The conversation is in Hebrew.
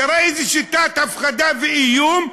תראה איזו שיטת הפחדה ואיום,